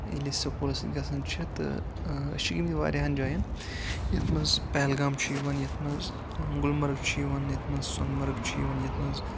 ییٚلہِ أسۍ سکوٗلس سۭتۍ گژھان چھِ تہٕ أسۍ چھِ گٔمٕتۍ واریاہَن جاین یَتھ منٛز پہلگام چھُ یِوان یَتھ منٛز گُلمَرٕگ چھُ یِوان یَتھ منٛز سۄن مرگ چھُ یِوان یَتھ منٛز